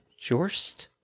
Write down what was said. Jorst